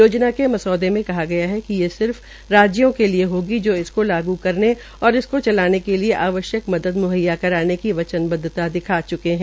योजना के मसौदे मे कहा गया है कि सिर्फ राज्यों के लिए होगी जो इसको लागू करने और इसको चलाने के लिए आवश्यक मदद मुहैया कराने की वचनबद्वता दिखा चुके है